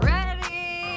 Ready